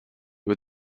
with